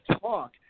talk